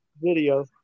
video